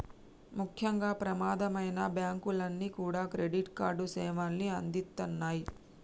ముఖ్యంగా ప్రమాదమైనా బ్యేంకులన్నీ కూడా క్రెడిట్ కార్డు సేవల్ని అందిత్తన్నాయి